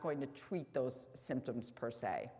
going to treat those symptoms per se